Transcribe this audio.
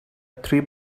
three